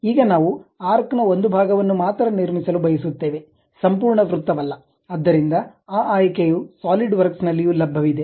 ಈಗ ನಾವು ಆರ್ಕ್ ನ ಒಂದು ಭಾಗವನ್ನು ಮಾತ್ರ ನಿರ್ಮಿಸಲು ಬಯಸುತ್ತೇವೆ ಸಂಪೂರ್ಣ ವೃತ್ತವಲ್ಲ ಆದ್ದರಿಂದ ಆ ಆಯ್ಕೆಯು ಸಾಲಿಡ್ವರ್ಕ್ಸ್ ನಲ್ಲಿಯೂ ಲಭ್ಯವಿದೆ